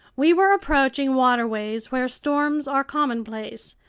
we were approaching waterways where storms are commonplace,